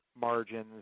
margins